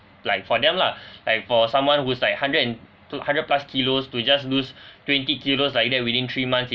like for them lah like for someone who's like hundred and two hundred plus kilos to just lose twenty kilos like that within three months